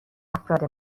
افراد